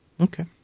Okay